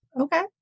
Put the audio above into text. Okay